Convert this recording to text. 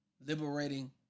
liberating